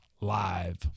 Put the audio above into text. live